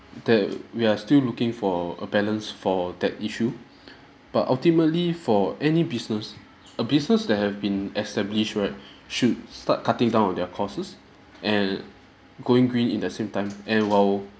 that we are still looking for a balance for that issue but ultimately for any business a business that have been established right should start cutting down on their costs and going green in that same time and while